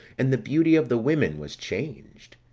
and the beauty of the women was changed.